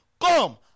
Come